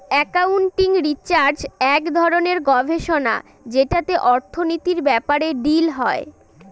accounting research এক ধরনের গবেষণা যেটাতে অর্থনীতির ব্যাপারে ডিল হয়